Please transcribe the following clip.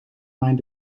mijn